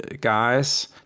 guys